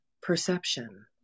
perception